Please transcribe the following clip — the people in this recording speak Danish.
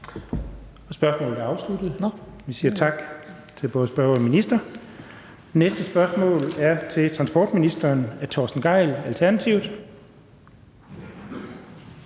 Spørgsmålet er afsluttet. Vi siger tak til både spørgeren og ministeren. Det næste spørgsmål (spm. nr. S 674) er til transportministeren af Torsten Gejl, Alternativet.